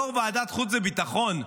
יו"ר ועדת החוץ והביטחון,